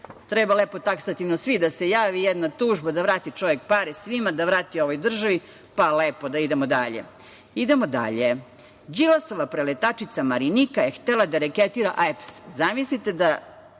Treba lepo taksativno svi da se jave, jedna tužba, da vrati čovek pare svima, da vrati ovoj državi, pa lepo da idemo dalje. Idemo dalje. Đilasova preletačica Marinika je htela da reketira EPS, zamislite da